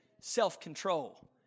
Self-control